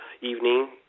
evening